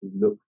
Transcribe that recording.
look